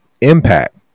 impact